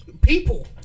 people